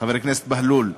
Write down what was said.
חבר הכנסת בהלול,